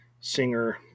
singer